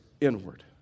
inward